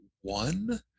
one